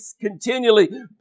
continually